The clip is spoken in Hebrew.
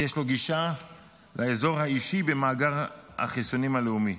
כי יש לו גישה לאזור האישי במאגר החיסונים הלאומי.